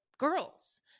girls